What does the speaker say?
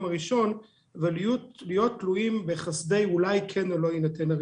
הראשון ולהיות תלויים בכך שהרישיון יינתן או לא יינתן.